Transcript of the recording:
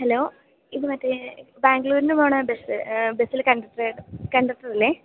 hello ഇത് മറ്റേ ബാംഗ്ലൂരിൽ നിന്ന് പോകുന്ന ബസ് ബസ്സിലെ കണ്ടക്ടർ കണ്ടക്ടർ അല്ലെ